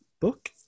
book